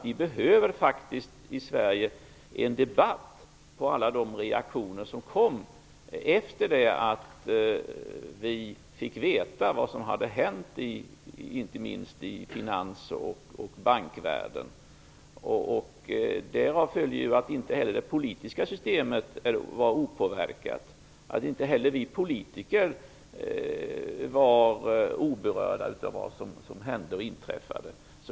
Vi behöver en debatt i Sverige om alla de reaktioner som kom efter det att vi fick veta vad som hade hänt, inte minst i finans och bankvärlden. Därav följer att inte heller det politiska systemet var opåverkat. Inte heller vi politiker var oberörda av vad som hände.